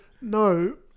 no